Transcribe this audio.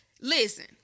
listen